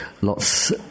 lots